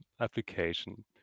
application